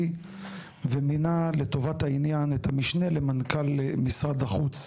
ומינה לטובת העניין את המשנה למנכ״ל משרד החוץ,